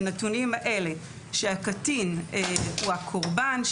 בנתונים האלה: שהקטין הוא קורבן,